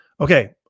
Okay